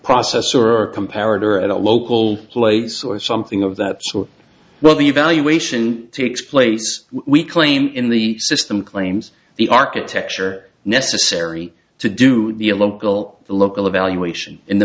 processor or aerator at a local place or something of that sort but the evaluation takes place we claim in the system claims the architecture necessary to do the local the local evaluation in the